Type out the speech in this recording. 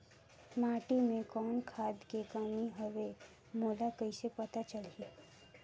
माटी मे कौन खाद के कमी हवे मोला कइसे पता चलही?